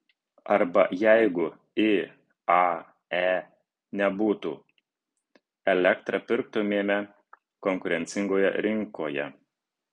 arba jeigu iae nebūtų elektrą pirktumėme konkurencingoje rinkoje